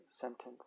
sentence